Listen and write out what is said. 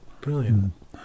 Brilliant